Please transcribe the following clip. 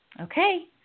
Okay